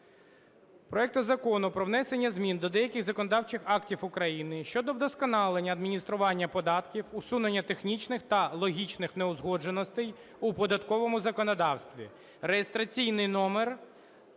проект Закону про внесення змін до Податкового кодексу України щодо вдосконалення адміністрування податків, усунення технічних та логічних неузгодженостей у податковому законодавстві (реєстраційний номер